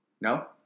No